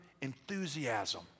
enthusiasm